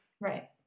Right